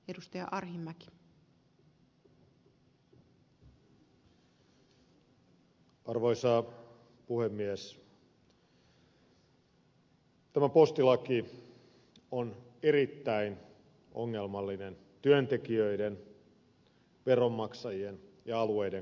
tämä postilaki on erittäin ongelmallinen työntekijöiden veronmaksajien ja alueiden kannalta